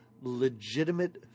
legitimate